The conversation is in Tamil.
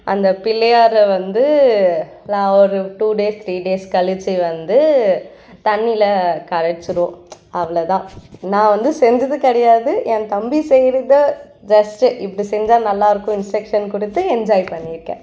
அந்த பிள்ளையாரை வந்து நான் ஒரு டூ டேஸ் த்ரீ டேஸ் கழிச்சு வந்து தண்ணியில கரைச்சிடுவோம் அவ்வளோ தான் நான் வந்து செஞ்சது கிடையாது என் தம்பி செய்கிறத ஜஸ்ட்டு இப்படி செஞ்சால் நல்லா இருக்கும் இன்ஸ்ட்ரக்ஷன் கொடுத்து என்ஜாய் பண்ணியிருக்கேன்